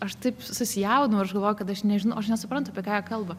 aš taip susijaudinau ir aš galvojau kad aš nežinau aš nesuprantu apie ką jie kalba